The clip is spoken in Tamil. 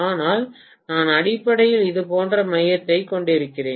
ஆனால் நான் அடிப்படையில் இது போன்ற மையத்தை கொண்டிருக்கிறேன்